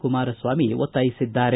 ಕುಮಾರಸ್ವಾಮಿ ಒತ್ತಾಯಿಸಿದ್ದಾರೆ